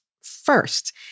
first